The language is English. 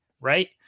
right